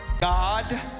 God